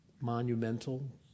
monumental